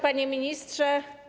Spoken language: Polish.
Panie Ministrze!